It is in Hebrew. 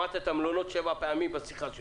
שמעת את המלונות שבע פעמים בשיחה.